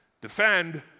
defend